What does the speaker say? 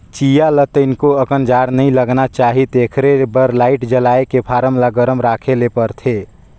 चीया ल तनिको अकन जाड़ नइ लगना चाही तेखरे बर लाईट जलायके फारम ल गरम राखे ले परथे